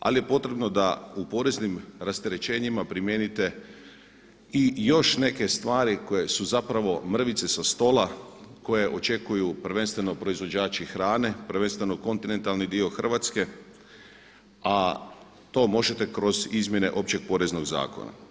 Ali je potrebno da u poreznim rasterećenjima primijenite i još neke stvari koje su zapravo mrvice sa stola koje očekuju prvenstveno proizvođači hrane, prvenstveno kontinentalni dio Hrvatske a to možete kroz izmjene općeg Poreznog zakona.